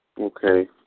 Okay